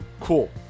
cool